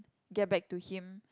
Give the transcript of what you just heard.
get back to him